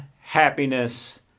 happiness